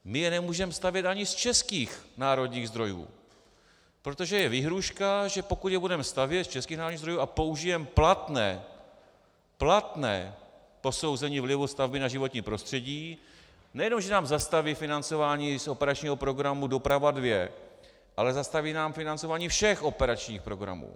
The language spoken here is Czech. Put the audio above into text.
My je nemůžeme stavět ani z českých národních zdrojů, protože je výhrůžka, že pokud je budeme stavět z českých národních zdrojů a použijeme platné platné posouzení vlivu stavby na životní prostředí, nejenom že nám zastaví financování i z operačního programu Doprava 2, ale zastaví nám financování všech operačních programů.